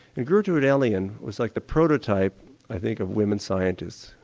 and gertrude elion was like the prototype i think of women scientists.